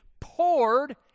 poured